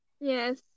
Yes